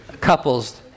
couples